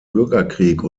bürgerkrieg